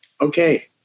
Okay